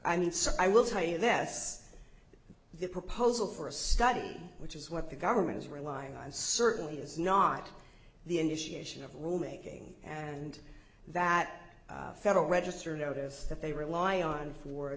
i mean so i will tell you that's the proposal for a study which is what the government is relying on certainly is not the initiation of rule making and that federal register notice that they rely on for